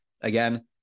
again